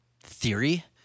theory